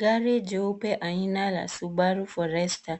Gari jeupe aina la Subaru Forester